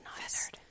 nice